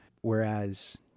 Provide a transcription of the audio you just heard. Whereas